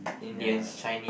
ya